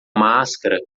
máscara